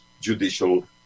judicial